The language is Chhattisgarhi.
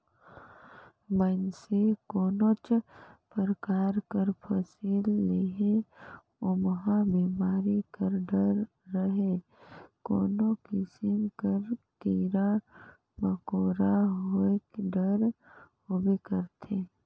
मइनसे कोनोच परकार कर फसिल लेहे ओम्हां बेमारी कर डर चहे कोनो किसिम कर कीरा मकोरा होएक डर होबे करथे